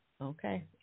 Okay